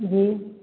जी